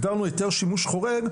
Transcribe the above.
הגדרנו היתר שימוש חורג,